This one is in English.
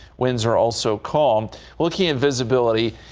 winds are also called looking at visibility.